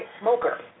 smoker